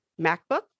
MacBook